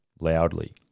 loudly